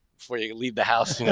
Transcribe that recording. for you to leave the house,